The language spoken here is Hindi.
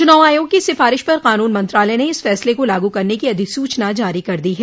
चूनाव आयोग की सिफ़ारिश पर कानून मंत्रालय ने इस फैसले को लागू करने की अधिसूचना जारी कर दी है